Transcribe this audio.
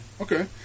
Okay